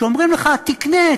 שאומרים לך: תקנה,